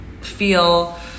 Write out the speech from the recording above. feel